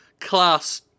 class